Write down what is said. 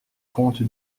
comte